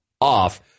off